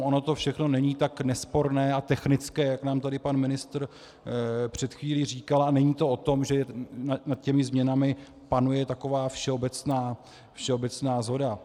Ono to všechno není tak nesporné a technické, jak nám tady pan ministr před chvílí říkal, a není to o tom, že nad těmi změnami panuje taková všeobecná shoda.